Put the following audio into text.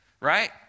Right